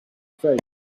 faith